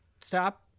stop